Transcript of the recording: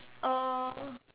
oh